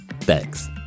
Thanks